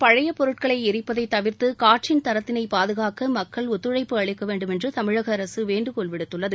பழையப் பொருட்களை ளிப்பதை தவிர்த்து காற்றின் தரத்தினை பாதுகாக்க மக்கள் ஒத்துழைப்பு அளிக்க வேண்டுமென்று தமிழக அரசு வேண்டுகோள் விடுத்துள்ளது